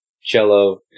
cello